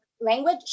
Language